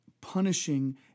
punishing